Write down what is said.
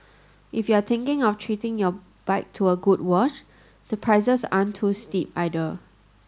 if you're thinking of treating your bike to a good wash the prices aren't too steep either